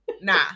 nah